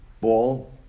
ball